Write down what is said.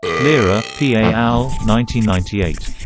lira, p. et al. ninety ninety eight.